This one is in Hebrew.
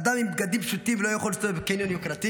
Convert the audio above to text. אדם עם בגדים פשוטים לא יכול להסתובב בקניון יוקרתי?